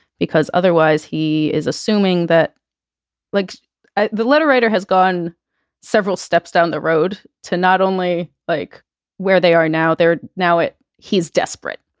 because otherwise he is assuming that like the letter writer has gone several steps down the road to not only like where they are now, they're now it he's desperate.